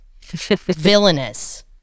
Villainous